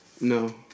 no